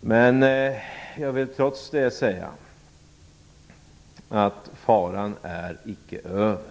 Men jag vill trots det säga att faran icke är över.